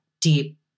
deep